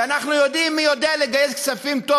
ואנחנו יודעים מי יודע לגייס כספים טוב